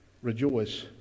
Rejoice